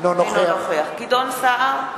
אינו נוכח גדעון סער,